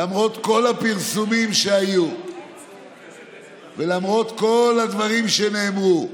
למרות כל הפרסומים שהיו ולמרות כל הדברים שנאמרו,